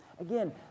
Again